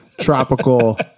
tropical